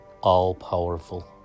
all-powerful